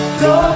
go